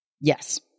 Yes